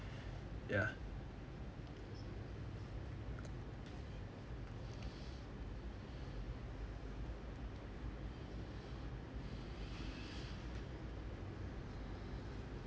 ya